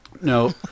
No